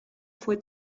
fue